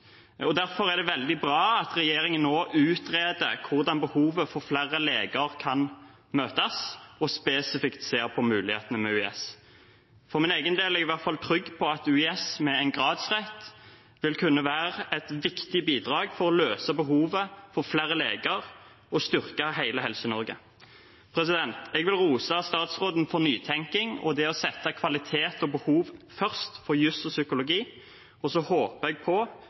Derfor er det veldig bra at regjeringen nå utreder hvordan en kan møte behovet for flere leger, og spesifikt ser på mulighetene med UiS. For min egen del er jeg i hvert fall trygg på at UiS med en gradsrett vil kunne være et viktig bidrag for å møte behovet for flere leger, og det vil styrke hele Helse-Norge. Jeg vil rose statsråden for nytenking og det å sette kvalitet og behov for jus og psykologi først. Så håper jeg